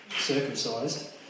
circumcised